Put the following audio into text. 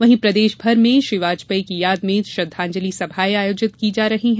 वहीं प्रदेश भर में श्री वाजपेयी की याद में श्रद्वाजलि सभाएं आयोजित की जा रही है